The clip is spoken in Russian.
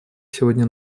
сегодня